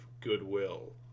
goodwill